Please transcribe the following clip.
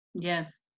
Yes